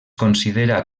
considera